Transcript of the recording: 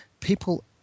people